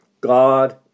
God